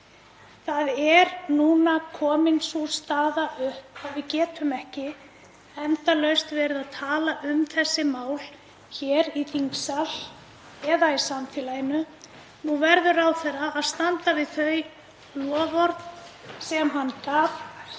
Það er núna komin upp sú staða að við getum ekki endalaust verið að tala um þessi mál hér í þingsal eða í samfélaginu. Nú verður ráðherra að standa við þau loforð sem hann gaf hvað